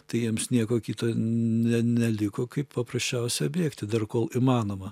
tai jiems nieko kito ne neliko kaip paprasčiausia bėgti dar kol įmanoma